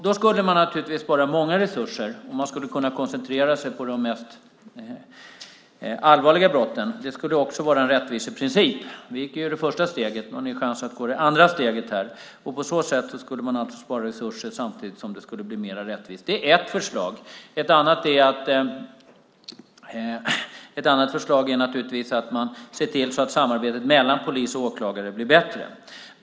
Då skulle man naturligtvis spara många resurser, och man skulle kunna koncentrera sig på de mest allvarliga brotten. Det skulle också vara en rättviseprincip. Vi tog det första steget. Nu har ni chans att ta det andra steget. På så sätt skulle man alltså spara resurser samtidigt som det skulle bli mer rättvist. Detta är ett förslag. Ett annat förslag är att man ser till att samarbetet mellan polis och åklagare blir bättre.